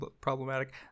problematic